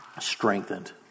strengthened